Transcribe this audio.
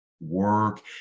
work